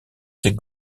ses